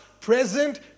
present